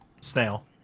snail